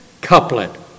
couplet